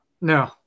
No